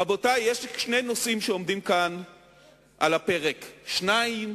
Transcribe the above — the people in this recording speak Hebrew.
רבותי, שני נושאים עומדים כאן על הפרק, שניים